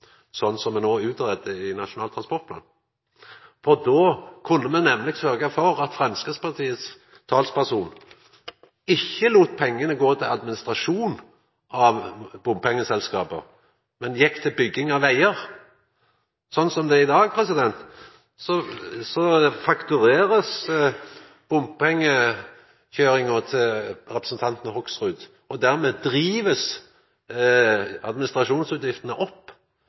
i Nasjonal transportplan, for då kunne me nemleg sørgja for at Framstegspartiet sin talsperson ikkje lét pengane gå til administrasjon av bompengeselskapa, men til bygging av vegar. Slik som det er i dag, blir bompengekøyringa til representanten Hoksrud fakturert og dermed driv ein administrasjonskostnadene opp,